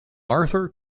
arthur